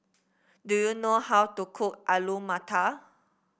do you know how to cook Alu Matar